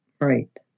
Right